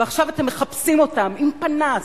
עכשיו אתם מחפשים אותם עם פנס.